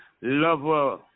lover